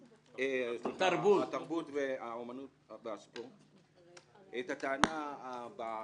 התרבות, האומנות והספורט את הטענה הבאה: